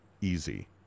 easy